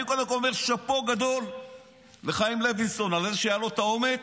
אני קודם כול אומר שאפו גדול לחיים לוינסון על זה שהיה לו האומץ